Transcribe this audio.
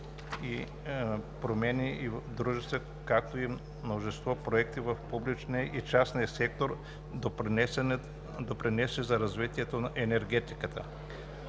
промени и в дружества, както и множество проекти в публичния и частния сектор, допринасяйки за развитието на енергетиката.